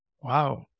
Wow